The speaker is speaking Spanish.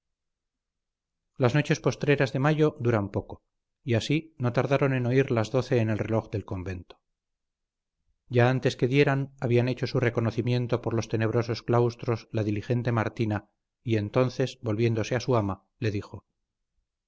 las noches postreras de mayo duran poco y así no tardaron en oír las doce en el reloj del convento ya antes que dieran había hecho su reconocimiento por los tenebrosos claustros la diligente martina y entonces volviéndose a su ama le dijo